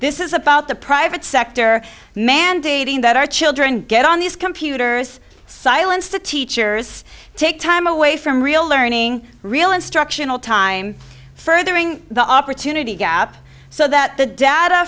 this is about the private sector mandating that our children get on these computers silenced the teachers take time away from real learning real instructional time furthering the opportunity gap so that the data